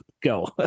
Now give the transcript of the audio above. Go